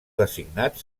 designat